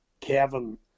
Kevin